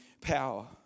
power